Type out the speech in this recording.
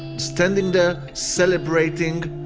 standing there celebrating,